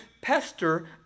pester